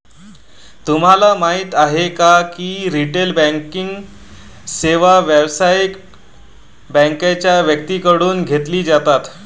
तुम्हाला माहिती आहे का की रिटेल बँकिंग सेवा व्यावसायिक बँकांच्या व्यक्तींकडून घेतली जातात